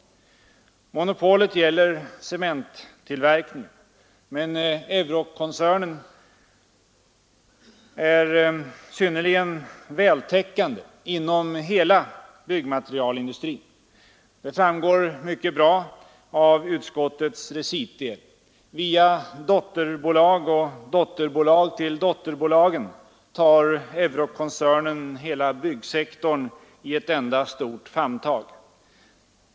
Monopolet gäller cementtillverkningen. Men Euroc-koncernen är synnerligen vältäckande inom hela byggmaterialindustrin. Det framgår mycket bra av utskottets recitdel. Via dotterbolag och dotterbolag till dotterbolagen tar Eurockoncernen hela byggsektorn i ett enda stort famntag.